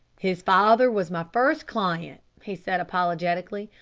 his father was my first client, he said apologetically.